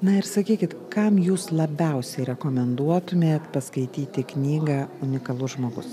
na ir sakykit kam jūs labiausiai rekomenduotumėt paskaityti knygą unikalus žmogus